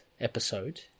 episode